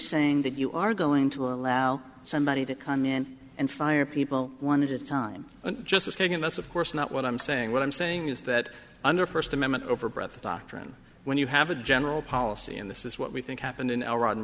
saying that you are going to allow somebody to come in and fire people wanted time and justice kagan that's of course not what i'm saying what i'm saying is that under first amendment overbred the doctrine when you have a general policy in this is what we think happened in rotten